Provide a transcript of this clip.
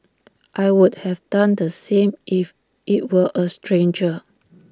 I would have done the same if IT were A stranger